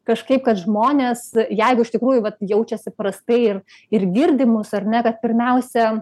kažkaip kad žmonės jeigu iš tikrųjų vat jaučiasi prastai ir ir girdi mus ar ne kad pirmiausia